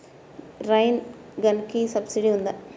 Rain గన్కి subsidy ఉందా?